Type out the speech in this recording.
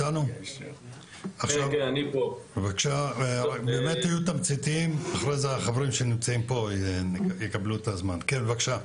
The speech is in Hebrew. לאחר מכן החברים שנמצאים פה יקבלו את זכות הדיבור.